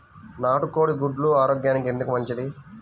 నాటు కోడి గుడ్లు ఆరోగ్యానికి ఎందుకు మంచిది?